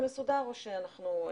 בבקשה.